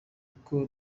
uko